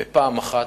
בפעם אחת,